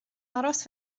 aros